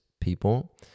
people